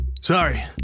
Sorry